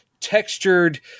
textured